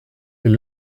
est